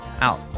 out